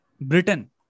Britain